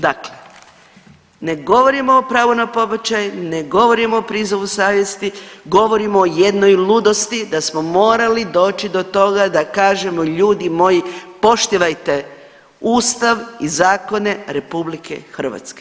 Dakle ne govorimo o pravu na pobačaj, ne govorimo o prizivu savjesti, govorimo o jednoj ludosti da smo morali doći do toga da kažemo ljudi moji, poštivajte Ustav i zakone RH.